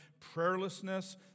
prayerlessness